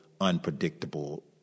unpredictable